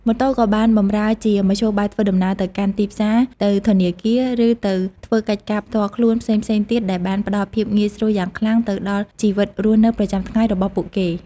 ម៉ូតូក៏បានបម្រើជាមធ្យោបាយធ្វើដំណើរទៅកាន់ទីផ្សារ ទៅធនាគារ ឬទៅធ្វើកិច្ចការផ្ទាល់ខ្លួនផ្សេងៗទៀតដែលបានផ្តល់ភាពងាយស្រួលយ៉ាងខ្លាំងទៅដល់ជីវិតរស់នៅប្រចាំថ្ងៃរបស់ពួកគេ។